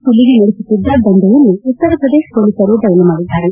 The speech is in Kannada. ಸುಲಿಗೆ ನಡೆಸುತ್ತಿದ್ದ ದಂಧೆಯನ್ನು ಉತ್ತರ ಪ್ರದೇಶ ಪೊಲೀಸರು ಬಯಲು ಮಾಡಿದ್ದಾರೆ